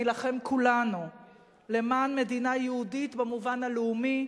נילחם כולנו למען מדינה יהודית במובן הלאומי,